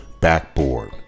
backboard